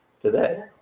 today